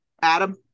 Adam